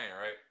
right